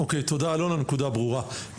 תודה, אלון, הנקודה ברורה.